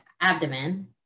abdomen